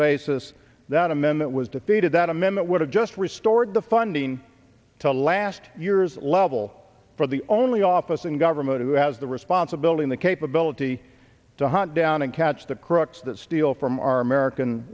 basis that amendment was defeated that amendment would have just restored the funding to last year's level for the only office in government who has the responsibility the capability to hunt down and catch the crooks that steal from our american